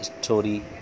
story